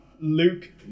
Luke